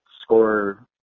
score